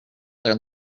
their